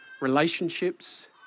relationships